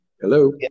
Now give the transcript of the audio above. Hello